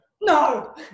No